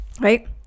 right